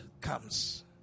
comes